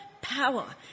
power